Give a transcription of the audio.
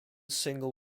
single